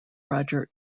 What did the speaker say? roger